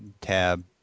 tab